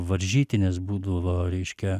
varžytinės būdavo reiškia